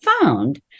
found